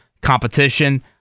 competition